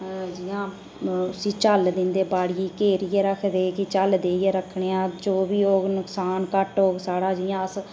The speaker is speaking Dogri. जियां उसी झल्ल दिंदे बाड़िए गी घेरियै रखदे कि झल्ल देइयै रक्खने आं जो बी होग नुक्सान घट्ट होग साढ़ा जियां अस